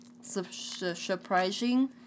Surprising